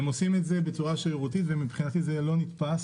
הם עושים את זה בצורה שרירותית ומבחינתי זה לא נתפס.